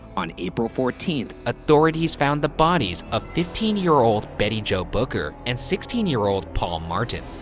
on april fourteenth, authorities found the bodies of fifteen year old betty jo booker and sixteen year old paul martin.